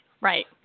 Right